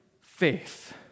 faith